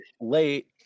late